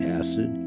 acid